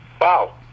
wow